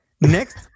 next